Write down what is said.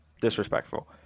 Disrespectful